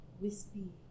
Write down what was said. wispy